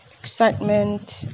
Excitement